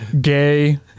gay